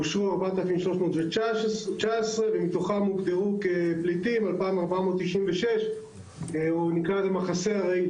אושרו 4,319 ומתוכם הוגדרו כפליטים 2,496. נקרא לזה מחסה ארעי,